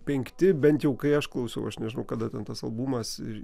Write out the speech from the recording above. penkti bent jau kai aš klausau aš nežinau kada ten tas albumas ir